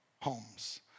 homes